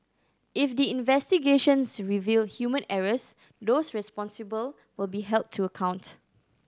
if the investigations reveal human errors those responsible will be held to account